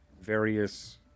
various